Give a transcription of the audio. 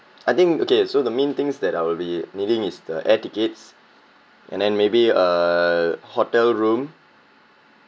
I think okay so the main things that I'll be needing is the air tickets and then maybe a hotel room